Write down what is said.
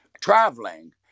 traveling